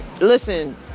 Listen